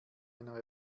einer